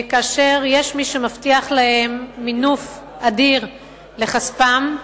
ויש מי שמבטיח להם מינוף אדיר לכספם.